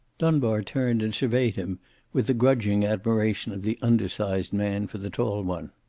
dunbar turned and surveyed him with the grudging admiration of the undersized man for the tall one.